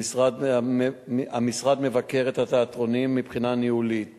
המשרד מבקר את התיאטראות מבחינה ניהולית